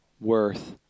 worth